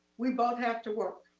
we both have to work.